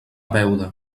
beuda